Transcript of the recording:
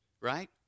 right